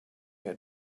had